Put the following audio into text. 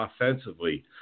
offensively